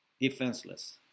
defenseless